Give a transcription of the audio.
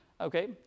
Okay